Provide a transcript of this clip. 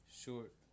short